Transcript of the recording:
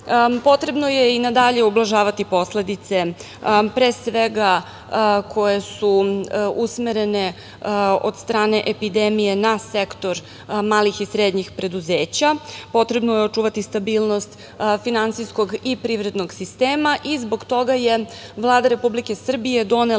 je i na dalje ublažavati posledice, pre svega koje su usmerene od strane epidemije na sektor malih i srednjih preduzeća. Potrebno je očuvati stabilnost finansijskog i privrednog sistema i zbog toga je Vlada Republike Srbije donela